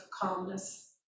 calmness